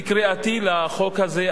בקריאתי את החוק הזה,